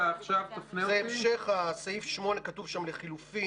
בהמשך סעיף 8, כתוב שם לחלופין